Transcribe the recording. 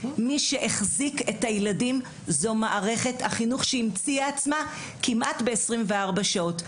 מי שהחזיק את הילדים זו מערכת החינוך שהמציאה עצמה כמעט ב-24 שעות.